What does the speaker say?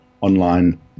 online